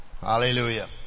Hallelujah